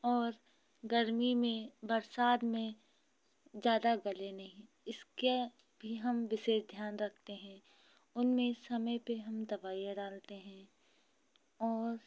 और गर्मी में बरसात में ज्यादा गले नहीं इसके भी हम विशेष ध्यान रखते हैं उनमें समय पर हम दवाईयाँ डालते हैं और